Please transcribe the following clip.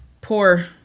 poor